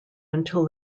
until